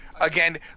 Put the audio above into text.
again